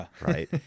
right